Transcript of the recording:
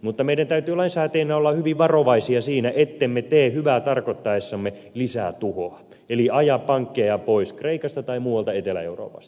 mutta meidän täytyy lainsäätäjinä olla hyvin varovaisia siinä ettemme tee hyvää tarkoittaessamme lisää tuhoa eli aja pankkeja pois kreikasta tai muualta etelä euroopasta